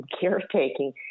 caretaking